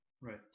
Right